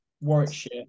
Warwickshire